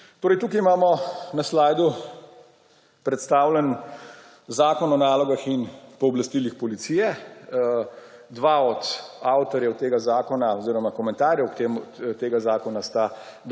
zboru/ imamo predstavljen Zakon o nalogah in pooblastilih policije. Dva od avtorjev tega zakona oziroma komentarjev tega zakona sta